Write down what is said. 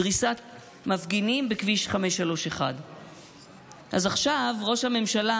דריסת מפגינים בכביש 531. אז עכשיו ראש הממשלה,